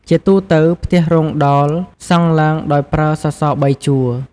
ជាទូទៅផ្ទះរោងដោលសង់ឡើងដោយប្រើសសរ៣ជួរ។